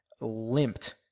limped